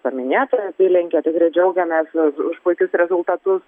paminėtoji apylinkė tikrai džiaugiamės už puikius rezultatus